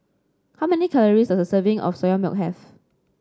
how many calories does a serving of Soya Milk have